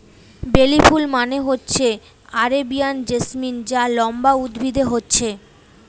বেলি ফুল মানে হচ্ছে আরেবিয়ান জেসমিন যা লম্বা উদ্ভিদে হচ্ছে